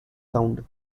sound